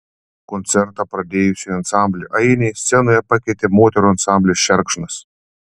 koncertą pradėjusį ansamblį ainiai scenoje pakeitė moterų ansamblis šerkšnas